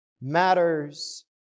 matters